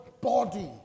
body